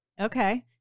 Okay